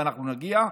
ואנחנו נגיע,